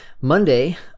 Monday